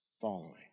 following